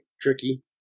Tricky